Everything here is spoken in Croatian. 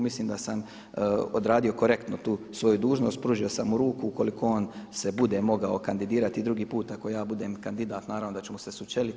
Mislim da sam odradio korektno tu svoju dužnost, pružio sam mu ruku, ukoliko on se bude mogao kandidirati i drugi puta ako ja budem kandidat naravno da ćemo se sučeliti.